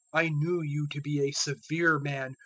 i knew you to be a severe man,